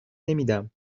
نمیدم